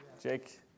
Jake